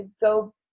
go